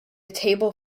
table